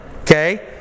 Okay